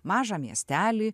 mažą miestelį